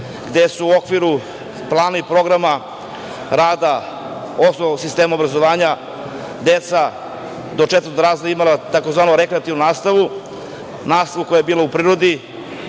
gde su u okviru planova i programa rada osnovnog sistema obrazovanja deca do četvrtog razreda imala takozvanu rekreativnu nastavu, nastavu koja je bila u prirodi,